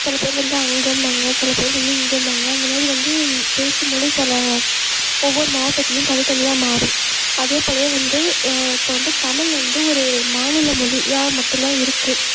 சில பேர் வந்து அங்கேம்பாங்க சில பேர் வந்து இங்கேம்பாங்க அந்தமாதிரி வந்து பேச்சு மொழி சில ஒவ்வொரு மாவட்டத்துலேயும் தனித்தனியாக மாறும் அதேப்போலவே வந்து இப்போ வந்து தமிழ் வந்து ஒரு மாநில மொழியா மட்டும்தான் இருக்குது